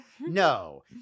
No